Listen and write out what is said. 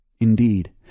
Indeed